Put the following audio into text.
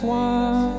one